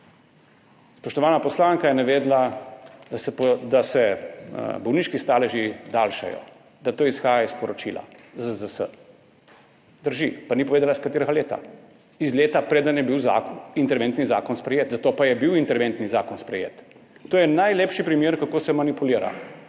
Spoštovana poslanka je navedla, da se bolniški staleži daljšajo, da to izhaja iz poročila ZZZS. Drži, ni pa povedala, iz katerega leta. Iz leta, preden je bil interventni zakon sprejet, zato pa je bil interventni zakon sprejet. To je najlepši primer, kako se manipulira.